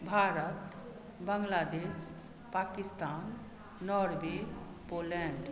Bharat Bangladesh Pakistan Norway Poland